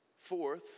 Fourth